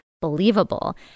believable